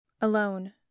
Alone